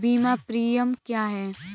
बीमा प्रीमियम क्या है?